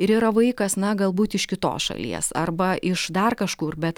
ir yra vaikas na galbūt iš kitos šalies arba iš dar kažkur bet